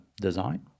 design